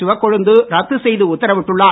சிவக்டிகொழுந்து ாத்து செய்து உத்தாவிட்டுள்ளார்